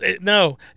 No